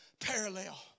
parallel